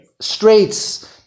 Straits